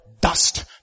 dust